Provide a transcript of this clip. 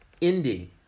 Indy